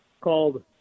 called